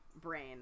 brain